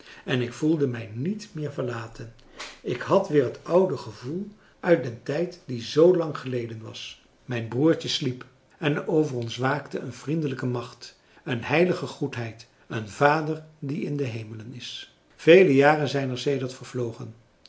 en ik voelde mij niet meer verlaten ik had weer het oude gevoel uit den tijd die zoo lang geleden was mijn broertje sliep en over ons waakte een vriendelijke macht een heilige goedheid een vader die in de hemelen is vele jaren zijn er sedert vervlogen